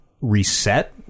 reset